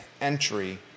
entry